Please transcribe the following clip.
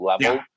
level